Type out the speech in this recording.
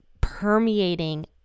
permeating